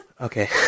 Okay